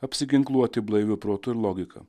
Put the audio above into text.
apsiginkluoti blaiviu protu ir logika